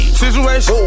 situation